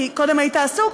כי קודם היית עסוק,